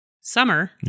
summer